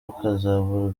ukazabura